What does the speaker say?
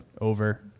over